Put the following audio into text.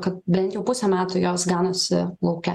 kad bent jau pusę metų jos ganosi lauke